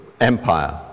empire